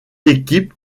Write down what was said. équipes